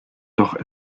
doch